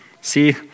see